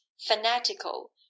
fanatical